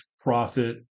profit